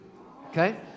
Okay